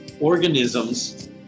organisms